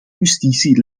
justitie